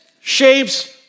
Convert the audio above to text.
shapes